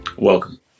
Welcome